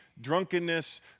drunkenness